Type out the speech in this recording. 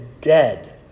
dead